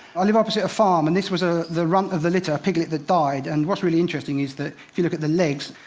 i live opposite a farm. and this was ah the runt of the litter, a piglet that died. and what's really interesting is, if you look at the legs,